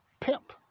pimp